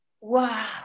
Wow